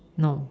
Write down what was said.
no